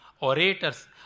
orators